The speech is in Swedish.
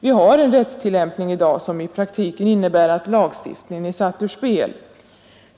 Vi har nu en rättstillämpning som i praktiken innebär att lagstiftningen är satt ur spel.